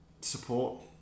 support